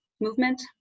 movement